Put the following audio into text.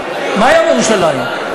ירושלים, מה יום ירושלים?